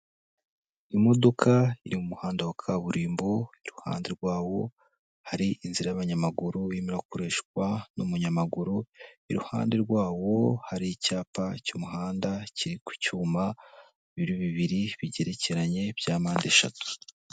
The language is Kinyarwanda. Imodoka iri mu muhanda wa kaburimbo, iruhande rwawo hari inzira y'abanyamaguru irimo irakoreshwa n'umunyamaguru, iruhande rwawo hari icyapa cy'umuhanda kiri ku cyuma, biri bibiri bigerekeranye bya mpandeshatu.